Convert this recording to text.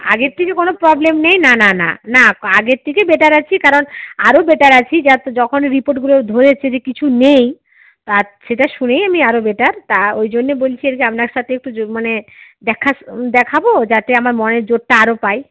আগের থেকে কোনো প্রবলেম নেই না না না না আগের থেকে বেটার আছি কারণ আরও বেটার আছি যখন রিপোর্টগুলো ধরেছে যে কিছু নেই তা সেটা শুনেই আমি আরও বেটার তা ওই জন্যে বলছি আর কি আপনার সাথে একটু মানে দেখা দেখাব যাতে আমার মনের জোরটা আরও পাই